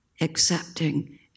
Accepting